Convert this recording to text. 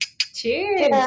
Cheers